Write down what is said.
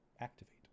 activate